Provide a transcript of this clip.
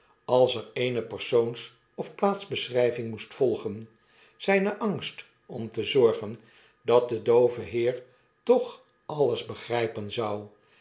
als er eene persoons ofplaatsbeschrijving moest volgen zijne angst om te zorgen dat de doove heer toch alles begrypen zou